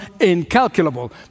incalculable